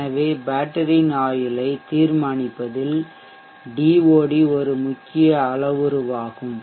எனவே பேட்டரியின் ஆயுளை தீர்மானிப்பதில் DoD ஒரு முக்கியமான அளவுருவாகும்